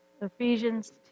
Ephesians